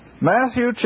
Matthew